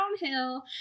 downhill